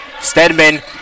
Stedman